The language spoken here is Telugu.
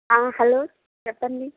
అవును హలో చెప్పండి